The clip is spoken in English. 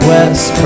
West